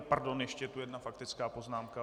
Pardon, ještě je tu jedna faktická poznámka.